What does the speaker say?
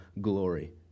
glory